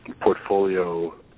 portfolio